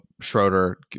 Schroeder